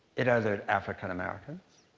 it othered african americans.